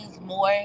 more